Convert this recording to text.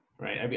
right